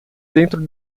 dentro